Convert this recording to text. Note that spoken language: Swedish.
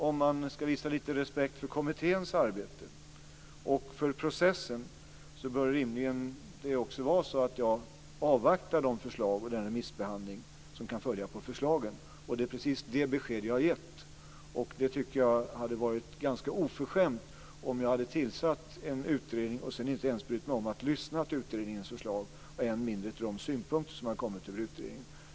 Om man ska visa lite respekt för kommitténs arbete och för processen så bör det rimligen också vara så att jag avvaktar förslagen och den remissbehandling som kan följa på dessa. Det är precis det beskedet jag har givit, och jag tycker att det hade varit ganska oförskämt om jag hade tillsatt en utredning och sedan inte brytt mig om att lyssna på utredningens förslag och än mindre på de synpunkter som kommer på utredningen.